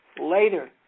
later